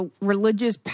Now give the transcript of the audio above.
Religious